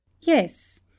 Yes